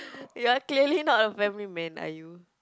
you are clearly not a family man are you